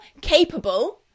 capable